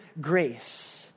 grace